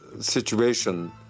situation